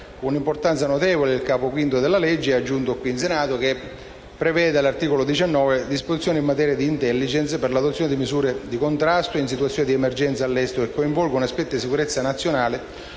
un'importanza notevole il capo V della legge aggiunto qui in Senato, che prevede, all'articolo 19, «Disposizioni in materia di *intelligence*» per l'adozione di misure di contrasto, in situazioni di emergenza all'estero che coinvolgano aspetti di sicurezza nazionale